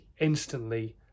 instantly